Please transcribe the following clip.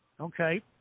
okay